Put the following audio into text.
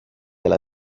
alla